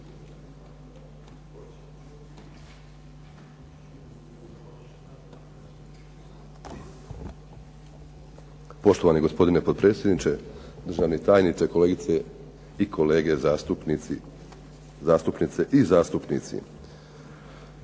Poštovani gospodine potpredsjedniče, državni tajniče, kolegice i kolege zastupnice i zastupnici.